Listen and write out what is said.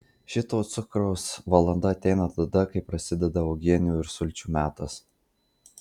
šito cukraus valanda ateina tada kai prasideda uogienių ir sulčių metas